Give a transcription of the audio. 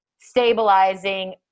stabilizing